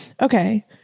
Okay